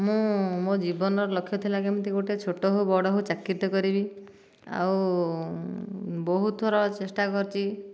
ମୁଁ ମୋ' ଜୀବନର ଲକ୍ଷ ଥିଲା କେମିତି ଗୋଟିଏ ଛୋଟ ହେଉ ବଡ଼ ହେଉ ଚାକିରିଟିଏ କରିବି ଆଉ ବହୁତ ଥର ଚେଷ୍ଟା କରିଛି